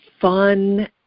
fun